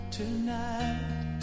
tonight